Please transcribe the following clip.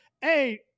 hey